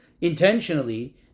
intentionally